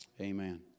amen